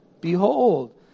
Behold